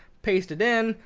paste it in.